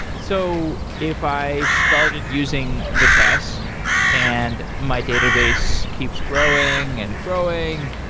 so if i started using vitess and my database keeps growing and growing,